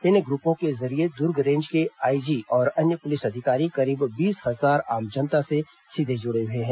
इन ग्रुपों के जरिये दुर्ग रेंज के आईजी और अन्य पुलिस अधिकारी करीब बीस हजार आम जनता से सीधे जुड़े हुए हैं